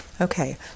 Okay